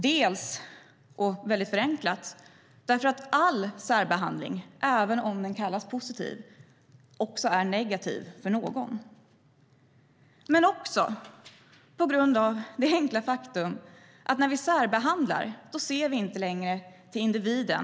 Vi är emot det dels för att - väldigt förenklat - all särbehandling även om den kallas positiv också är negativ för någon, dels på grund av det enkla faktum att vi när vi särbehandlar inte längre ser till individen.